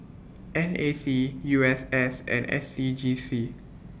N A C U S S and S C G C